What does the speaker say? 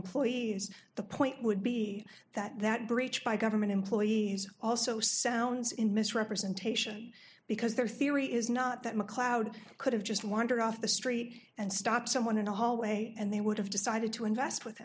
employees the point would be that that breach by government employees also sounds in misrepresentation because their theory is not that macleod could have just wandered off the street and stop someone in the hallway and they would have decided to invest with